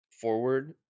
forward